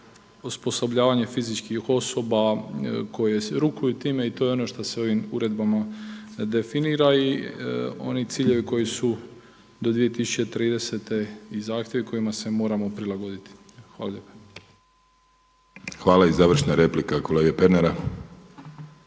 osposobljavanje fizičkih osoba koje rukuju time. I to je ono što se ovim uredbama definira i oni ciljevi koji su do 2030. i zahtjevi kojima se moramo prilagoditi. Hvala lijepa.